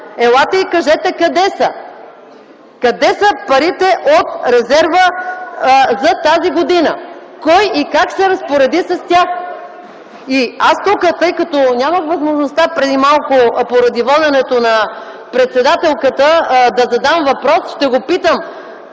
Елате и кажете къде са – къде са парите от резерва за тази година? Кой и как се разпореди с тях? И тъй като преди малко нямах възможността, поради воденето на председателката, да задам въпрос, ще попитам